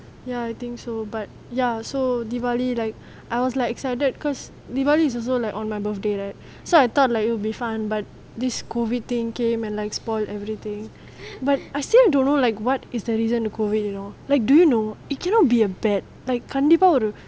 ya I think so but ya so diwali like I was like excited because diwali is also like on my birthday right so I thought like it will be fun but this COVID thing came and like spoil everything but I still don't know like what is the reason with COVID you know like do you know it cannot be a bad like